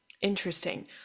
interesting